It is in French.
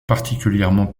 particulièrement